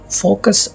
focus